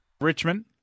Richmond